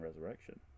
Resurrection